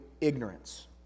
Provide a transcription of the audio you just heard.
ignorance